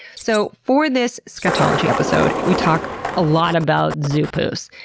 so for this scatology episode, we talk a lot about zoo poos,